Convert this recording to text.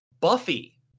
Buffy